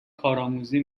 کارآموزی